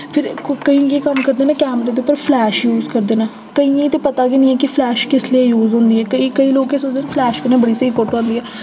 फिर केईं केह् कम्म करदे न कैमरे दे उप्पर फ्लैश यूज करदे न केइयें ते पता गै नि ऐ कि फ्लैश किस लेई यूज होंदी ऐ केईं केईं लोक एह् सोचदे न फ्लैश कन्नै बड़ी स्हेई फोटो आंदी ऐ